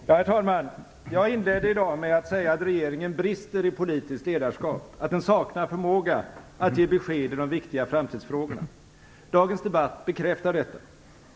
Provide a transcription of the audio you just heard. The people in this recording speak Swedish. Herr talman! Jag inledde i dag med att säga att regeringen brister i politiskt ledarskap och att den saknar förmåga att ge besked i de viktiga framtidsfrågorna. Dagens debatt bekräftar detta.